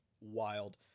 wild